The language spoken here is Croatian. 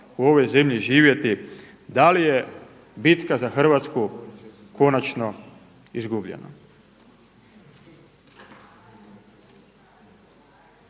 u ovoj zemlji živjeti. Da li je bitka za Hrvatsku konačno izgubljena?